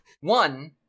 One